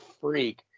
freak